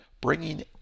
bringing